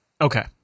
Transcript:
Okay